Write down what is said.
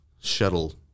shuttle